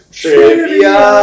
trivia